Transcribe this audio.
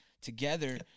Together